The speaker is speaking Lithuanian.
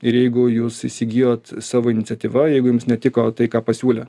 ir jeigu jūs įsigijot savo iniciatyva jeigu jums netiko tai ką pasiūlė